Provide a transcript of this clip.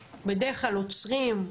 בדרך כלל עוצרים,